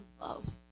love